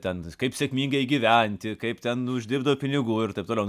ten kaip sėkmingai gyventi kaip ten uždirbt daug pinigų ir taip toliau